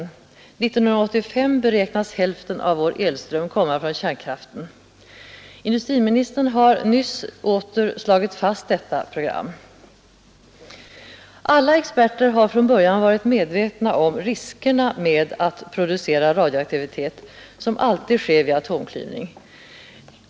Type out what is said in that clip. År 1985 beräknas hälften av vår elström komma från kärnkraften. Industriministern har nyss åter slagit fast detta program. Alla experter har från början varit medvetna om riskerna med att producera radioaktivitet, som alltid sker vid atomklyvning.